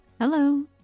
Hello